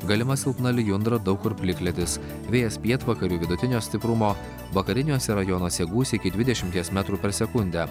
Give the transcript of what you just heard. galima silpna lijundra daug kur plikledis vėjas pietvakarių vidutinio stiprumo vakariniuose rajonuose gūsiai iki dvidešimties metrų per sekundę